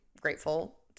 grateful